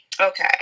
Okay